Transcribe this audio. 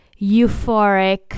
euphoric